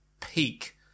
peak